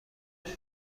اومد